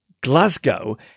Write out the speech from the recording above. Glasgow